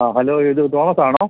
ആ ഹലോ ഇത് തോമസാണോ